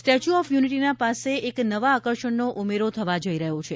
statue of યુનિટીના પાસે એક નવા આકર્ષણનો ઉમેરો થવા જઈ રહ્યો છે